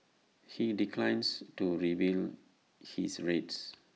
he declines to reveal his rates